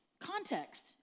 Context